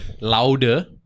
louder